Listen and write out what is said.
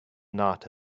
not